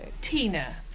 Tina